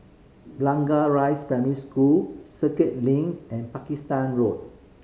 Blangah Rise Primary School Circuit Link and Pakistan Road